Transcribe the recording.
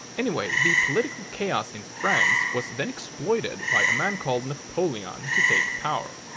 anyway, the political chaos in france was then exploited by a man called napoleon to take power.